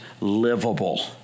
livable